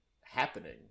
happening